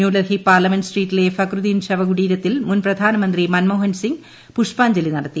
New Delhi parliament സ്ട്രീറ്റിലെ ഫക്രുദ്ദീൻ ശവകുടീരത്തിൽ മുൻ പ്രധാനമന്ത്രി മൻമോഹൻസിംഗ് പുഷ്പാജ്ഞലി നടത്തി